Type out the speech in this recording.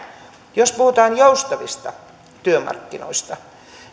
jos puhutaan joustavista työmarkkinoista